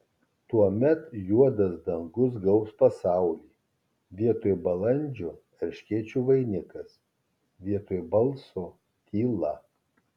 tuomet juodas dangus gaubs pasaulį vietoj balandžio erškėčių vainikas vietoj balso tyla